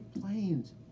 planes